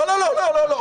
לא, לא, לא.